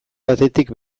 batetik